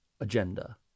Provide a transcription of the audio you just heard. agenda